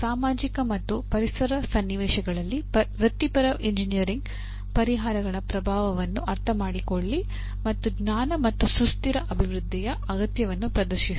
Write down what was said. ಸಾಮಾಜಿಕ ಮತ್ತು ಪರಿಸರ ಸನ್ನಿವೇಶಗಳಲ್ಲಿ ವೃತ್ತಿಪರ ಎಂಜಿನಿಯರಿಂಗ್ ಪರಿಹಾರಗಳ ಪ್ರಭಾವವನ್ನು ಅರ್ಥಮಾಡಿಕೊಳ್ಳಿ ಮತ್ತು ಜ್ಞಾನ ಮತ್ತು ಸುಸ್ಥಿರ ಅಭಿವೃದ್ಧಿಯ ಅಗತ್ಯವನ್ನು ಪ್ರದರ್ಶಿಸಿ